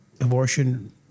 abortion